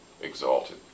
exalted